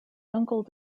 uncle